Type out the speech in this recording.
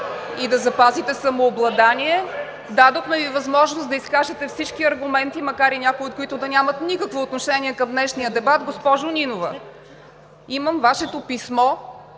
и да запазите самообладание. Дадохме Ви възможност да изкажете всички аргументи, макар някои от които да нямат никакво отношение към днешния дебат. Госпожо Нинова, имам Вашето писмо